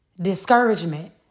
Discouragement